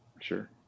Sure